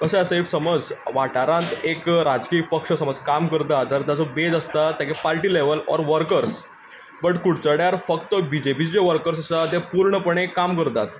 अशें आसा इफ समज वाठारांत एक राजकीय पक्ष समज काम करता तर ताचो बेस आसता तेगे party level or workers but कुडचड्यार फक्त बीजेपीचे वर्कर्स आसात ते पुर्णपणी काम करतात